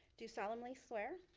do solemnly swear.